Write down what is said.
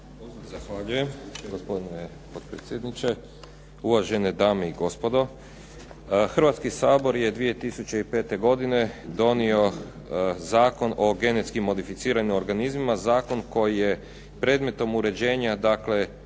Zahvaljujem. Gospodine potpredsjedniče, uvažene dame i gospodo. Hrvatski sabor je 2005. godine donio Zakon o genetski modificiranim organizmima, zakon koji je predmetom uređenja dakle